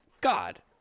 God